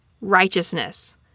righteousness